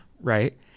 right